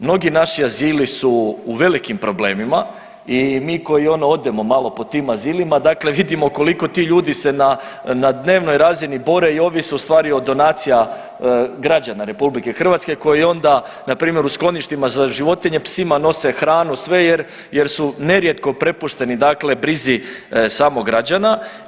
Mnogi naši azili su u velikim problemima i mi koji ono odemo malo po tim azilima dakle vidimo koliko ti ljudi se na dnevnoj razini bore i ovise ustvari od donacija građana RH koji onda npr. u skloništima za životinje psima nose hranu sve, jer, jer su nerijetko prepušteni dakle brizi samo građana.